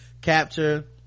capture